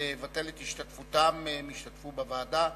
לבטל את השתתפותם, הם ישתתפו בוועדה.